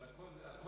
אבל הכול שמועות.